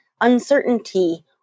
uncertainty